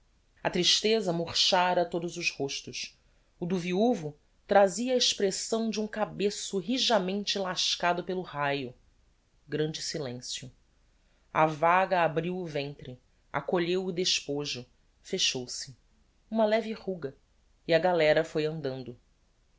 a tristeza murchára todos os rostos o do viuvo trazia a expressão de um cabeço rijamente lascado pelo raio grande silencio a vaga abriu o ventre acolheu o despojo fechou-se uma leve ruga e a galera foi andando